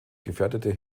gefährdete